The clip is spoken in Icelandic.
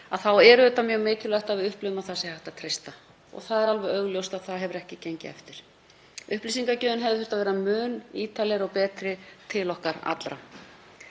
er auðvitað mjög mikilvægt að við upplifum að því sé hægt að treysta. Það er alveg augljóst að það hefur ekki gengið. Upplýsingagjöfin hefði þurft að vera mun ítarlegri og betri til okkar allra.